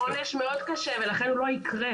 זה עונש מאוד קשה, ולכן הוא לא יקרה.